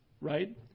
Right